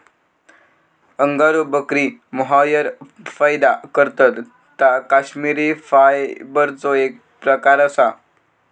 angora बकरी mohair पैदा करतत ता कश्मिरी फायबरचो एक प्रकार असा